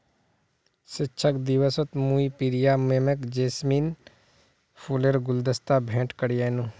शिक्षक दिवसत मुई प्रिया मैमक जैस्मिन फूलेर गुलदस्ता भेंट करयानू